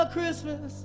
Christmas